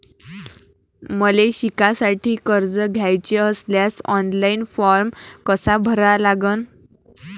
मले शिकासाठी कर्ज घ्याचे असल्यास ऑनलाईन फारम कसा भरा लागन?